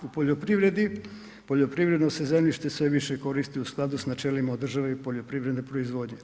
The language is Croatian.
U poljoprivredi, poljoprivredno se zemljište sve više koristi u skladu s načelima od državne i poljoprivredne proizvodnje.